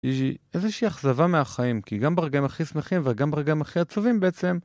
איזושהי אכזבה מהחיים כי גם ברגעים הכי שמחים וגם ברגעים הכי עצובים בעצם